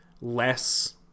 less